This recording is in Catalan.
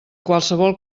qualsevol